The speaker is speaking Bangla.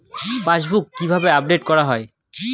পাশবুক কিভাবে আপডেট করা হয়?